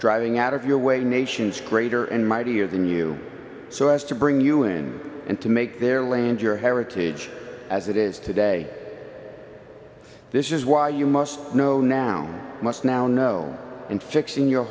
driving out of your way to nations greater and mightier than you so as to bring you in and to make their land your heritage as it is today this is why you must know now must now know and fix in your